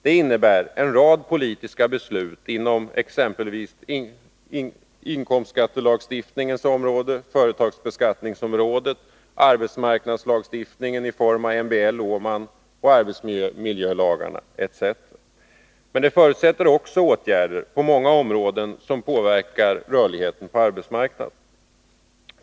Det innebär att en rad politiska beslut måste fattas inom exempelvis inkomstskattelagstiftningens område, företagsbeskattningsområdet, arbetsmarknadslagstiftningen i form av MBL, Åmanoch arbetsmiljölagarna etc. Det förutsätter också åtgärder på många områden som påverkar rörligheten på arbetsmarknaden.